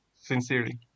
sincerely